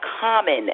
common